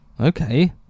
okay